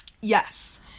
Yes